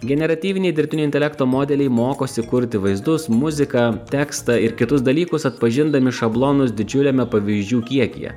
generatyviniai dirbtinio intelekto modeliai mokosi kurti vaizdus muziką tekstą ir kitus dalykus atpažindami šablonus didžiuliame pavyzdžių kiekyje